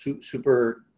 super